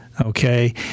Okay